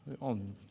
on